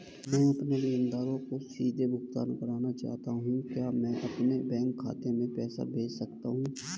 मैं अपने लेनदारों को सीधे भुगतान करना चाहता हूँ क्या मैं अपने बैंक खाते में पैसा भेज सकता हूँ?